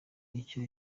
icyo